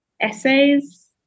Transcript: essays